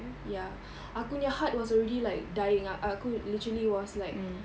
ya aku nya heart was already like dying aku literally was like